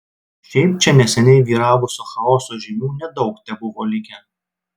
šiaip čia neseniai vyravusio chaoso žymių nedaug tebuvo likę